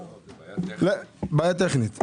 טכנית.